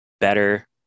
better